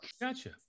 Gotcha